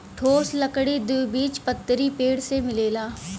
ठोस लकड़ी द्विबीजपत्री पेड़ से मिलेला